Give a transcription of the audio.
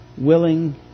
willing